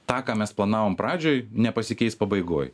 tą ką mes planavom pradžioj nepasikeis pabaigoj